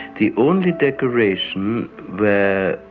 the only decorations were,